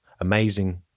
amazing